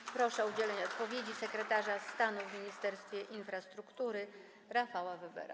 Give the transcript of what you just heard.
I proszę o udzielenie odpowiedzi sekretarza stanu w Ministerstwie Infrastruktury Rafała Webera.